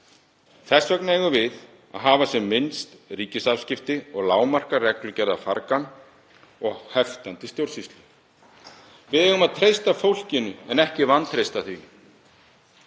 Þess vegna eigum við að hafa sem minnst ríkisafskipti og lágmarka reglugerðafargan og heftandi stjórnsýslu. Við eigum að treysta fólkinu en ekki vantreysta því.